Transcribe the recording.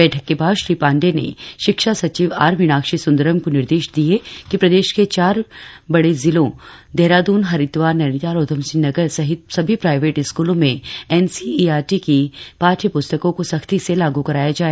बैठक के बाद श्री पाण्डेय ने शिक्षा सचिव आर मिनाक्षी सुन्दरम को निर्देश दिये कि प्रदेश के चार बड़ जिलों देहरादून हरिद्वार नैनीताल और उधमसिंह नगर सहित सभी प्राइवेट स्कूलों में एनसीईआरटी की पाठ्य पुस्तको को सख्ती से लागू कराया जाए